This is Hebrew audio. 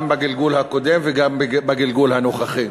גם בגלגול הקודם וגם בגלגול הנוכחי.